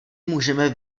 můžeme